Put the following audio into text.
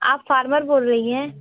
आप फार्मर बोल रही हैं